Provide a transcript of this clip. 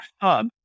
hub